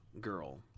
girl